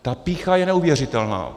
Ta pýcha je neuvěřitelná.